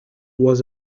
was